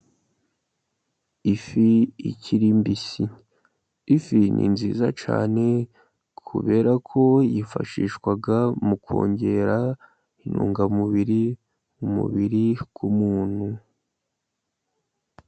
Ifi ikiri mbisi, ifi ni nziza cyane, kubera ko yifashishwa mu kongera intungamubiri, mu mubiri w'umuntu.